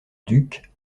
duc